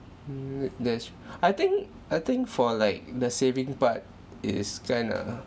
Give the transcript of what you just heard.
mm there's I think I think for like the saving part is kind of